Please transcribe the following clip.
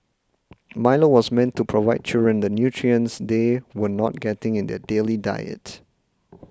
milo was meant to provide children the nutrients they were not getting in their daily diet